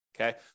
Okay